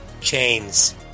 Chains